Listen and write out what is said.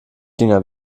dinger